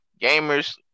gamers